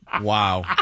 Wow